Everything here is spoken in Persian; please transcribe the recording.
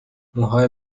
موهای